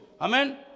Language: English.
amen